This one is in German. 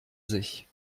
sich